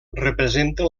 representa